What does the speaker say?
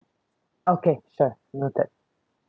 okay sure noted